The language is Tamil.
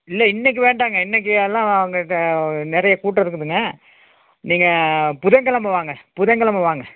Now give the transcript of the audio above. இல்லை இன்றைக்கி வேண்டாங்க இன்றைக்கி எல்லாம் அங்கே க நிறைய கூட்டம் இருக்குதுங்க நீங்கள் புதன் கிழம வாங்க புதன் கிழம வாங்க